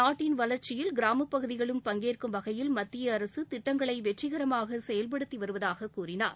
நாட்டின் வளர்ச்சியில் கிராமப்பகுதிகளும் பங்கேற்கும் வகையில் மத்திய அரசு திட்டங்களை வெற்றிகரமாக செயல்படுத்தி வருவதாகக் கூறினார்